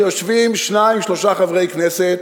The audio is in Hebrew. שיושבים שניים-שלושה חברי כנסת